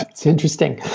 it's interesting.